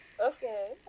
Okay